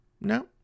No